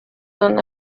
son